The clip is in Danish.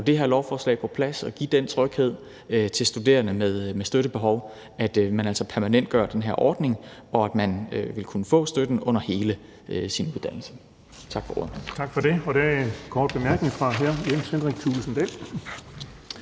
det her lovforslag på plads og give den tryghed til studerende med støttebehov, altså at vi permanentgør den her ordning, og at man vil kunne få støtten under hele sin uddannelse. Tak for ordet. Kl. 11:43 Den fg. formand (Erling Bonnesen): Tak for det. Der er en kort bemærkning fra hr. Jens Henrik Thulesen Dahl.